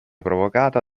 provocata